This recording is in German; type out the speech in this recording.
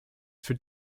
für